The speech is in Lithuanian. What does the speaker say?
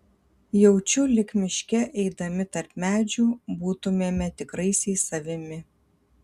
jaučiu lyg miške eidami tarp medžių būtumėme tikraisiais savimi